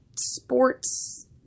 sports